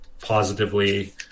positively